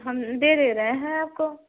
हम दे दे रहे हैं आपको